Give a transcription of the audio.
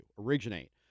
originate